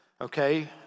okay